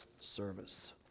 service